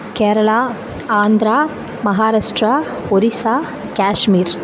Kerala Andhra Maharashtra Orissa Kashmir